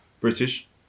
British